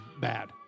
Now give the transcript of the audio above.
bad